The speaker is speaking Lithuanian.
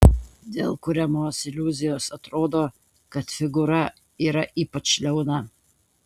dėl kuriamos iliuzijos atrodo kad figūra yra ypač liauna